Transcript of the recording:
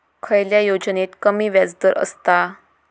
खयल्या योजनेत कमी व्याजदर असता?